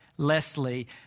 Leslie